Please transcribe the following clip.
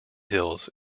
hills